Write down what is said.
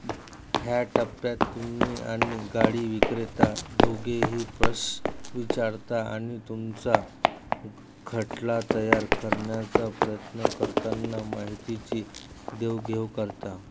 ह्या टप्प्यात तुम्ही आणि गाडी विक्रेता दोघेही प्रश विचारता आणि तुमचा खटला तयार करण्याचा प्रयत्न करताना माहितीची देवघेव करता